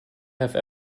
have